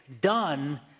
done